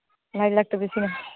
light ꯂꯥꯛꯇꯕꯁꯤꯅ